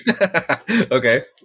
Okay